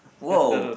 !wow!